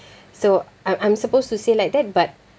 so I'm I'm supposed to say like that but